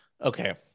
Okay